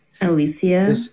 Alicia